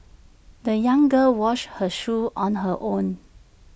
the young girl washed her shoes on her own